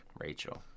Rachel